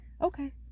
okay